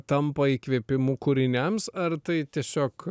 tampa įkvėpimu kūriniams ar tai tiesiog